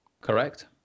Correct